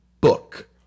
book